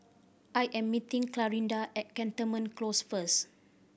I am meeting Clarinda at Cantonment Close first